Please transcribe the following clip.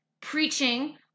preaching